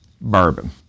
Bourbon